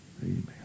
Amen